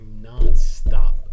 nonstop